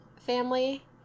family